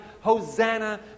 Hosanna